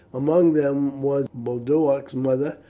among them was boduoc's mother,